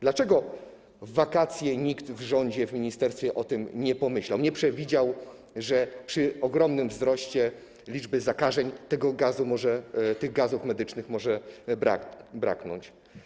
Dlaczego w wakacje nikt w rządzie, w ministerstwie o tym nie pomyślał, nie przewidział, że przy ogromnym wzroście liczby zakażeń tych gazów medycznych może braknąć?